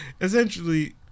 Essentially